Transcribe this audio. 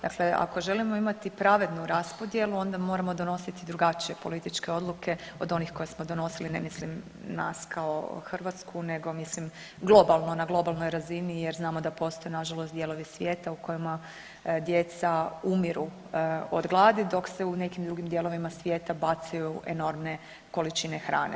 Dakle, ako želimo imati pravednu raspodjelu onda moramo donositi drugačije političke odluke od onih koje smo donosili, ne mislim nas kao Hrvatsku nego mislim globalno na globalnoj razini jer znamo da postoje nažalost dijelovi svijeta u kojima djeca umiru od gladi, dok se u nekim drugim dijelovima svijeta bacaju enormne količine hrane.